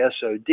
sod